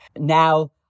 now